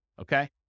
Okay